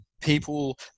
people